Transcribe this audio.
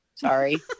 sorry